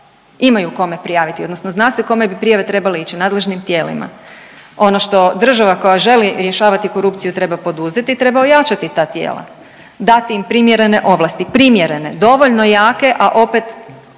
imaju kome prijaviti odnosno zna se kome bi prijave trebale ići, nadležnim tijelima. Ono što država koja želi rješavati korupciju treba poduzeti treba ojačati ta tijela, dati im primjerene ovlasti, primjerene, dovoljno jake, a opet